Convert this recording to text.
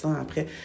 après